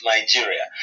Nigeria